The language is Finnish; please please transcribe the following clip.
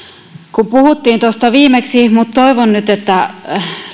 kun puhuttiin tuosta viimeksi että toivon nyt että